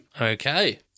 Okay